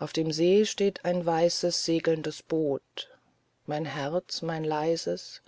auf dem see steht ein weißes segelndes boot mein herz mein leises